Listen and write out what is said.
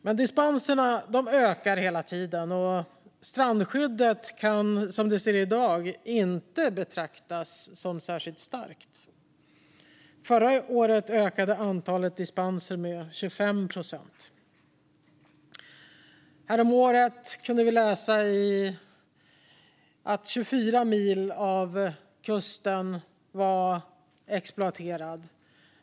Men dispenserna ökar hela tiden. Strandskyddet kan, som det ser ut i dag, inte betraktas som särskilt starkt. Förra året ökade antalet dispenser med 25 procent. Häromåret kunde vi läsa att 24 mil av kusten var exploaterad.